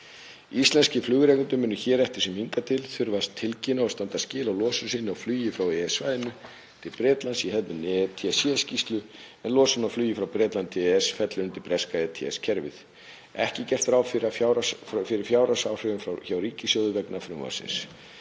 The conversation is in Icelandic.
Íslenskir flugrekendur munu hér eftir sem hingað til þurfa að tilkynna og standa skil á losun sinni á flugi frá EES-svæðinu til Bretlands í hefðbundinni ETS-skýrslu, en losun á flugi frá Bretlandi til EES fellur undir breska ETS-kerfið. Ekki er gert ráð fyrir fjárhagsáhrifum hjá ríkissjóði vegna frumvarpsins.